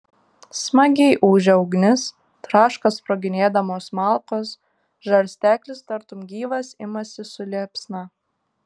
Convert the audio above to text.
smagiai ūžia ugnis traška sproginėdamos malkos žarsteklis tartum gyvas imasi su liepsna